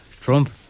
Trump